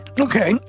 Okay